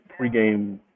pregame